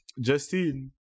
Justine